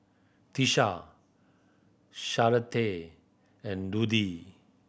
Tisha Charlottie and Ludie